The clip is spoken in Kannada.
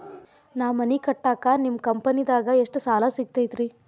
ನಾ ಮನಿ ಕಟ್ಟಾಕ ನಿಮ್ಮ ಕಂಪನಿದಾಗ ಎಷ್ಟ ಸಾಲ ಸಿಗತೈತ್ರಿ?